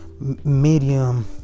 medium